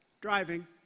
driving